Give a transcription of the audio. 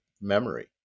memory